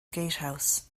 gatehouse